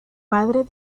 padre